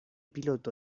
piloto